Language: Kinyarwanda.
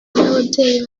n’ababyeyi